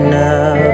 now